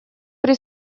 при